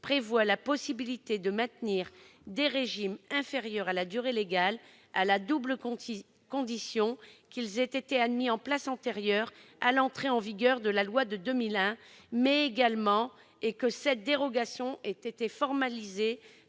prévoit la possibilité de maintenir des régimes inférieurs à la durée légale, à la double condition qu'ils aient été mis en place antérieurement à l'entrée en vigueur de la loi de 2001 et que cette dérogation ait été formalisée